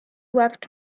left